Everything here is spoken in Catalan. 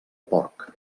porc